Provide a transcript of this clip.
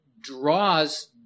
draws